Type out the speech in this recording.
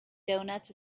donuts